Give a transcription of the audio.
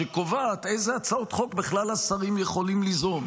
שקובעת אילו הצעות חוק בכלל השרים יכולים ליזום.